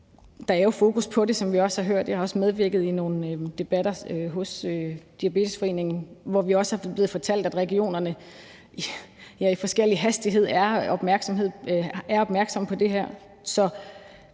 der er jo fokus på det, som vi også har hørt. Jeg har også medvirket i nogle debatter hos Diabetesforeningen, hvor vi er blevet fortalt, at regionerne med forskellig hastighed er blevet opmærksomme på det her. Så